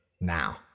now